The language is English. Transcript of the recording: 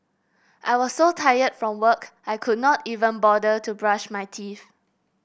I was so tired from work I could not even bother to brush my teeth